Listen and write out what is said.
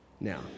Now